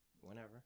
Whenever